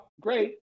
Great